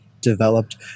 developed